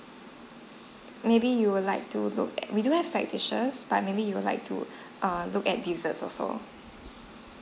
maybe you would like to we do have side dishes buy maybe you would like to err look at dessert also